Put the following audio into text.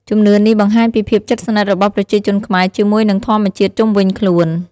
ជំនឿនេះបង្ហាញពីភាពជិតស្និទ្ធរបស់ប្រជាជនខ្មែរជាមួយនឹងធម្មជាតិជុំវិញខ្លួន។